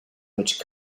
which